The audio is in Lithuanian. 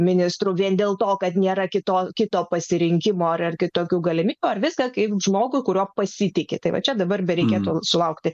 ministru vien dėl to kad nėra kito kito pasirinkimo ar kitokių galimybiųi ar viską kaip žmogų kuriuo pasitiki tai va čia dabar bereikėtų sulaukti